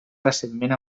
recentment